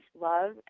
love